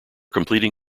completing